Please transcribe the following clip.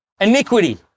iniquity